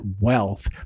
wealth